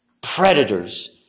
predators